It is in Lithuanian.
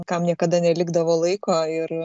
kam niekada nelikdavo laiko ir